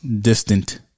Distant